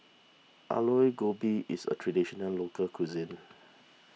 Alu Gobi is a Traditional Local Cuisine